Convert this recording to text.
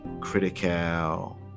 critical